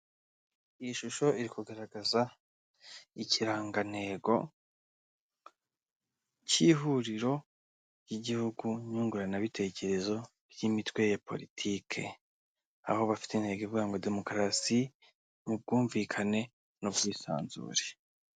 Iyi shusho iri kugaragaza ikirangantego cy ihuriro ry igihugu nyunguranabitekerezo ry' imitwe ya politiki aho bafite intego ivuga ngo "Demokarasi mu bwumvikane n'ubwisanzure".